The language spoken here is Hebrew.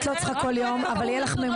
את לא צריכה כל יום אבל יהיה לך ממונה,